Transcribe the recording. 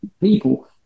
people